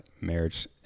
marriage